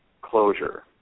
closure